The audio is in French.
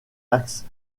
axe